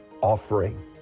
offering